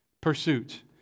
pursuit